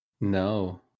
No